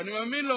ואני מאמין לו